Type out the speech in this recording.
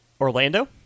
Orlando